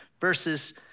verses